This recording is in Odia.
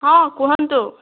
ହଁ କୁହନ୍ତୁ